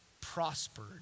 prospered